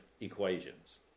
equations